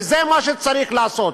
וזה מה שצריך לעשות.